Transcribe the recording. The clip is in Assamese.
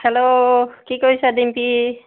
হেল্ল' কি কৰিছা ডিম্পি